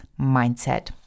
mindset